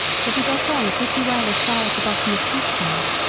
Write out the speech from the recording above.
but we got on pretty well as far as the bottom of cheapside,